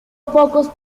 pocos